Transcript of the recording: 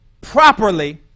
properly